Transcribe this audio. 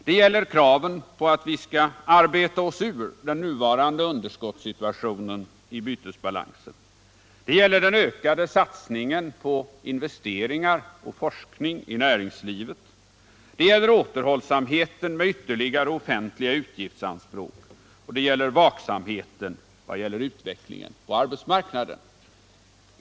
Det gäller kraven på att vi skall arbeta oss ur den nuvarande underskottssituationen i bytesbalansen, det gäller den ökade satsningen på investeringar och forskning inom näringslivet, det gäller återhållsamheten med ytterligare offentliga utgiftsanspråk och det gäller vaksamheten i samband med utvecklingen på arbetsmarknaden.